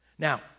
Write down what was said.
Now